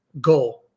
goal